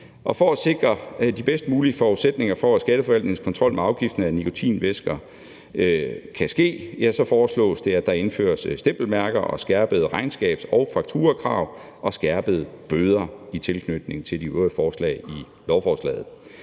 For at sikre de bedst mulige forudsætninger for, at skatteforvaltningens kontrol med afgiften af nikotinvæsker kan ske, foreslås det, at der indføres stempelmærker og skærpede regnskabs- og fakturakrav og skærpede bøder i tilknytning til de øvrige forslag i lovforslaget.